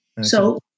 So-